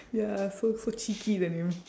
ya so so cheeky that name